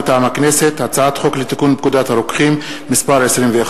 מטעם הכנסת: הצעת חוק לתיקון פקודת הרוקחים (מס' 21)